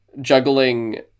juggling